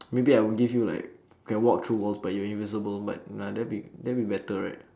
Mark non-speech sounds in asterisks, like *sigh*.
*noise* maybe I would give you like I walk through walls but you're invisible but nah that'll be that'll be better right